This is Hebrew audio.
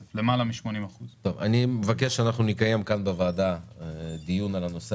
אני מבקש שנקיים דיון בוועדה על הנושא